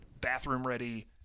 bathroom-ready